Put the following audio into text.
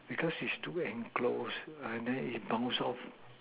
because is too enclosed and then it booms out